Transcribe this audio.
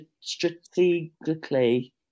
strategically